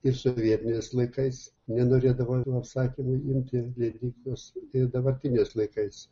ir sovietiniais laikais nenorėdavo tų apsakymų imti leidyklos ir dabartiniais laikais